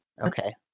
Okay